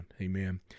Amen